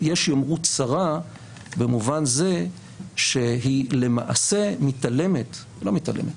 יש יאמרו צרה במובן זה שהיא למעשה מתעלמת לא מתעלמת.